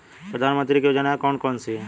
प्रधानमंत्री की योजनाएं कौन कौन सी हैं?